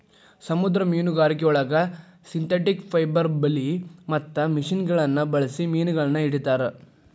ಸಮುದ್ರ ಮೇನುಗಾರಿಕೆಯೊಳಗ synthetic fibre ಬಲಿ ಮತ್ತ ಮಷಿನಗಳನ್ನ ಬಳ್ಸಿ ಮೇನಗಳನ್ನ ಹಿಡೇತಾರ